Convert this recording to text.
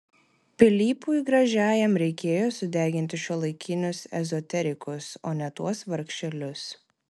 pilypui gražiajam reikėjo sudeginti šiuolaikinius ezoterikus o ne tuos vargšelius